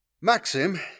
Maxim